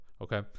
okay